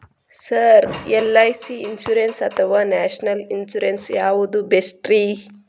Sir LIC insurance ಅಥವಾ national insurance ಯಾವುದು ಬೆಸ್ಟ್ರಿ?